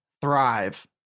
thrive